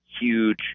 huge